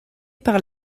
par